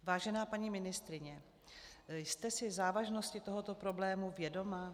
Vážená paní ministryně, jste si závažností tohoto problému vědoma?